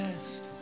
best